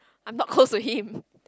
I'm not close to him